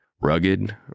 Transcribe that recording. Rugged